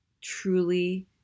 truly